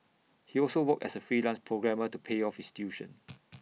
he also worked as A freelance programmer to pay off his tuition